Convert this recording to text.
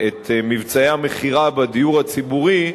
מבצעי המכירה בדיור הציבורי,